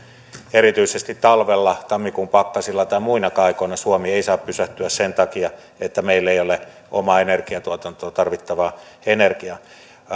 erityisesti talvella tammikuun pakkasilla tai muinakaan aikoina suomi ei saa pysähtyä sen takia että meillä ei ole omaan energiatuotantoon tarvittavaa energiaa